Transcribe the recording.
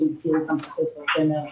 שהזכיר אותה פרופ' שמר.